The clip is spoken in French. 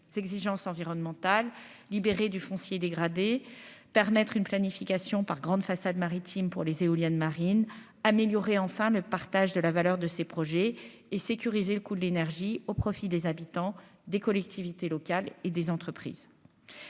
s'exigences environnementales libérer du foncier dégradé permettre une planification par grande façade maritime pour les éoliennes marines améliorer enfin le partage de la valeur de ces projets et sécuriser le coût de l'énergie au profit des habitants, des collectivités locales et des entreprises,